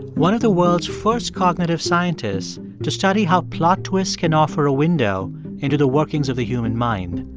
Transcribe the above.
one of the world's first cognitive scientists to study how plot twists can offer a window into the workings of the human mind.